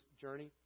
journey